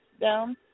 down